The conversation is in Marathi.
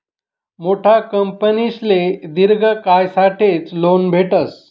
मोठा कंपनीसले दिर्घ कायसाठेच लोन भेटस